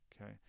okay